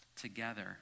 together